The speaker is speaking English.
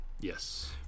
Yes